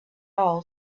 all